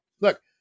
Look